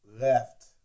left